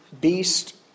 beast